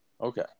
Okay